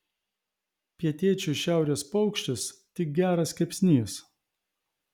pietiečiui šiaurės paukštis tik geras kepsnys